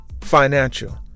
financial